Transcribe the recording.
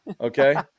Okay